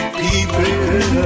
people